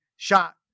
Shot